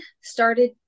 started